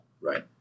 Right